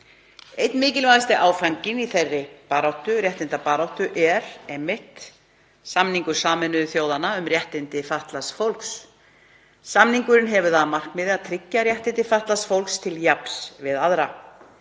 Einn mikilvægasti áfanginn í þeirri réttindabaráttu er samningur Sameinuðu þjóðanna um réttindi fatlaðs fólks. Samningurinn hefur það að markmiði að tryggja réttindi fatlaðs fólks til jafns við aðra.